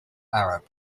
arab